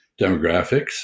demographics